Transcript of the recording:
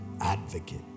advocate